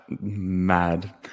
mad